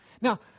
Now